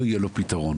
לא יהיה בשבילו פתרון.